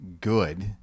good